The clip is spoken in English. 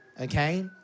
Okay